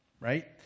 Right